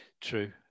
True